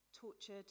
tortured